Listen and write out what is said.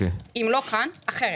אם לא כאן אז בצורה אחרת.